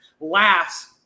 laughs